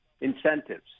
incentives